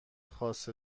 خاص